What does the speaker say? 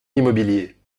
l’immobilier